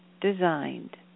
designed